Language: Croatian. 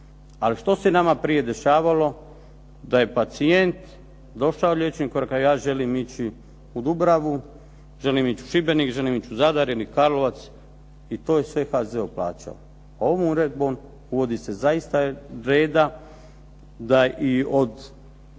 Ali što se nama prije dešavalo, da je pacijent došao liječniku i rekao ja želim ići u Dubravu, želim ići u Šibenik, želim ići u Zadar i Karlovac i to je sve HZZO plaćao. Ovom uredbom uvodi se zaista reda da i o